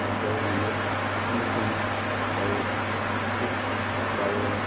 outdoor remove ꯑꯃꯁꯨꯡ biotic bio